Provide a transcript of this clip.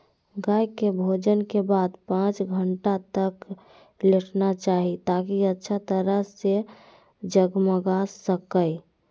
गाय के भोजन के बाद पांच घंटा तक लेटना चाहि, ताकि अच्छा तरह से जगमगा सकै